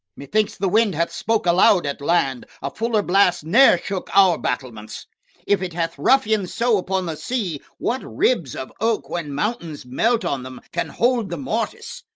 methinks the wind hath spoke aloud at land a fuller blast ne'er shook our battlements if it hath ruffian'd so upon the sea, what ribs of oak, when mountains melt on them can hold the mortise?